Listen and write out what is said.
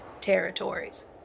territories